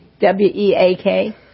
W-E-A-K